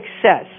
success